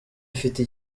afite